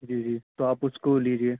جی جی تو آپ اس کو لیجیے